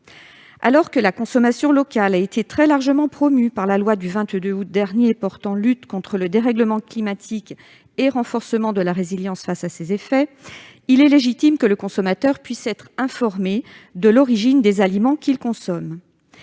Alors que la consommation locale a été très largement promue par la loi du 22 août dernier portant lutte contre le dérèglement climatique et renforcement de la résilience face à ses effets, il est légitime que le consommateur puisse être informé de l'origine des aliments qu'il consomme.